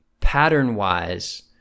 pattern-wise